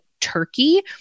Turkey